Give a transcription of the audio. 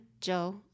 Joe